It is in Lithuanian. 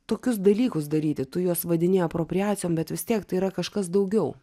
tokius dalykus daryti tu juos vadini apropriacijom bet vis tiek tai yra kažkas daugiau